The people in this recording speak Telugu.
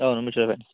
అవును మ్యూచువల్ ఫండ్స్